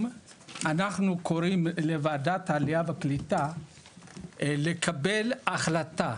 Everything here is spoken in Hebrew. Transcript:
אנחנו קוראים לוועדת העלייה והקליטה לקבל החלטה